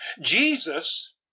Jesus